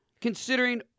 Considering